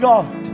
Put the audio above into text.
God